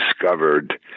discovered